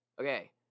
Okay